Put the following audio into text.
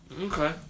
Okay